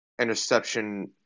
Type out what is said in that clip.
interception